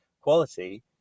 quality